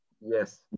Yes